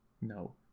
No